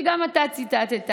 שגם אתה ציטטת,